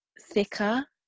thicker